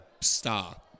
star